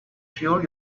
sure